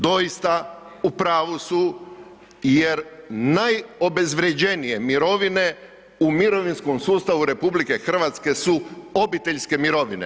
Doista, u pravu su jer najobezvrjeđenije mirovine u mirovinskom sustavu RH su obiteljske mirovine.